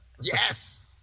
Yes